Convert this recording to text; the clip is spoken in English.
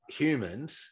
humans